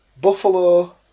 Buffalo